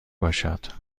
باشد